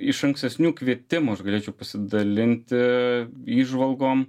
iš ankstesnių kvietimų aš galėčiau pasidalinti įžvalgom